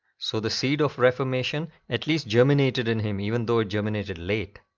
so, the seed of reformation at least germinated in him, even though it germinated late.